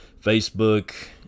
Facebook